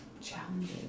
Challenges